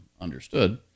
understood